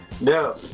No